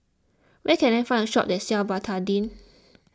where can I find a shop that sells Betadine